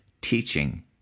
teaching